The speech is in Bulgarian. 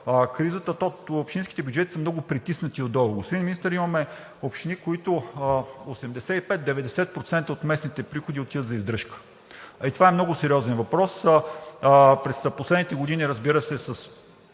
кризата, то общинските бюджети са много притиснати. Господин Министър, имаме общини, в които 85 – 90% от местните приходи отиват за издръжка, и това е много сериозен въпрос. През последните години, разбира се, с